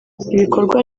ibikorwa